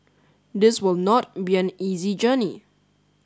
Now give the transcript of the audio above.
this will not be an easy journey